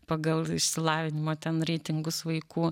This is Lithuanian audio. pagal išsilavinimo ten reitingus vaikų